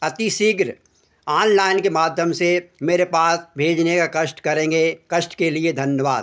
अति शीघ्र आनलाइन के माध्यम से मेरे पास भेजने का कष्ट करेंगे कष्ट के लिए धन्यवाद